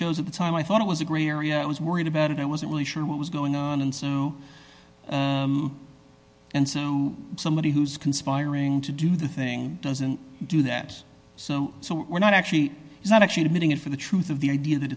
shows at the time i thought it was a gray area i was worried about it i wasn't really sure what was going on and so and so somebody who's conspiring to do the thing doesn't do that so so we're not actually not actually admitting it for the truth of the idea that